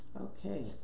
Okay